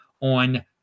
on